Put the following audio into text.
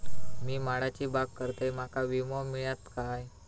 मी माडाची बाग करतंय माका विमो मिळात काय?